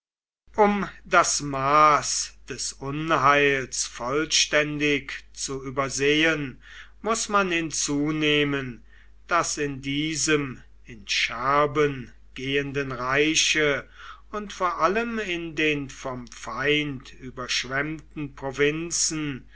um das maß des unheils vollständig zu übersehen muß man hinzunehmen daß in diesem in scherben gehenden reiche und vor allem in den vom feind überschwemmten provinzen